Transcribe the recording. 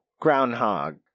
Groundhog